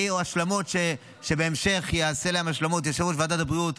אלה יהיו השלמות שבהמשך יעשו להן השלמות יושב-ראש ועדת הבריאות,